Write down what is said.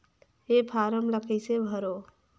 ये फारम ला कइसे भरो?